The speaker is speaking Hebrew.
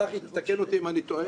צחי, תתקן אותי אם אני טועה.